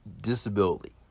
disability